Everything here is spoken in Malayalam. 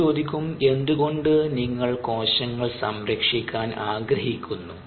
നിങ്ങൾ ചോദിക്കും എന്തുകൊണ്ട് നിങ്ങൾ കോശങ്ങൾ സംരക്ഷിക്കാൻ ആഗ്രഹിക്കുന്നു